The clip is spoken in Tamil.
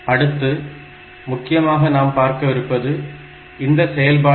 அடுத்து முக்கியமாக நாம் பார்க்கவிருப்பது இந்த செயல்பாடுகள்